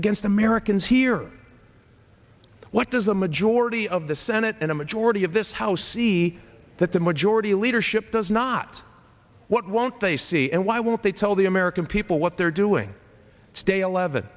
against americans here what does a majority of the senate in a majority of this house see that the majority leadership does not what won't they see and why won't they tell the american people what they're doing today eleven